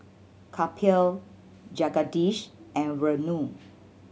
Kapil Jagadish and Renu